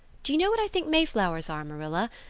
do you know what i think mayflowers are, marilla?